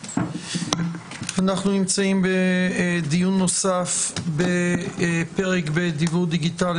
אנחנו נמצאים בדיון נוסף בפרק ב' (דיוור דיגיטלי)